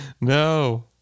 No